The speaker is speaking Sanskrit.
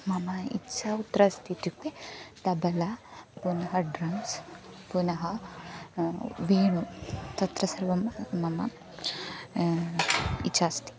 मम इच्छा कुत्र अस्ति इत्युक्ते तबल पुनः ड्रम्स् पुनः वेणु तत्र सर्वं मम इच्छा अस्ति